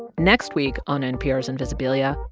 and next week on npr's invisibilia,